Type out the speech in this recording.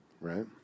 right